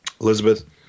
Elizabeth